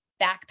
backpack